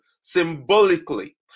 symbolically